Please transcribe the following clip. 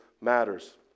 matters